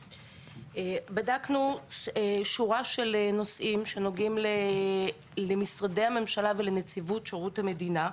בדקנו שורה של נושאים שנוגעים למשרדי הממשלה ולנציבות שירות המדינה.